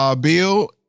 bill